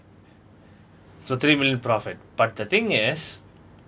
so three million profit but the thing is